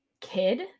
kid